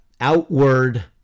outward